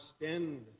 extend